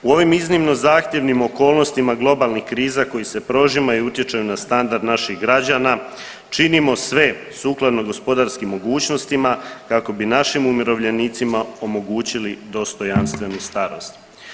U ovim iznimno zahtjevnim okolnostima globalnih kriza koji se prožima i utječu na standard naših građana činimo sve sukladno gospodarskim mogućnostima kako bi našim umirovljenicima omogućili dostojanstvenu starost.